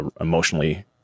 emotionally